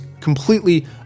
completely